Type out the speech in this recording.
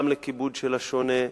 גם לכיבוד של השונה,